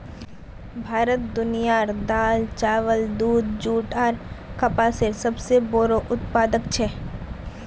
भारत दुनियार दाल, चावल, दूध, जुट आर कपसेर सबसे बोड़ो उत्पादक छे